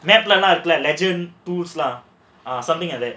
வேப்பிலலாம் இருக்குல்ல:veppilalaam irukkula legend tools lah ah something like that